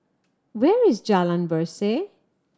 where is Jalan Berseh